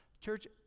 Church